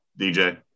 DJ